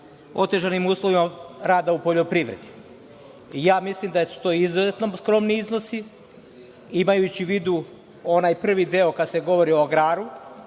otežanim uslovima rada u poljoprivredi. Mislim da su to izuzetno skromni iznosi, imajući u vidu onaj prvi deo kada se govori o agraru.